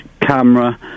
camera